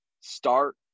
start